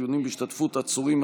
דיונים בהשתתפות עצורים,